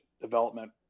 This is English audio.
development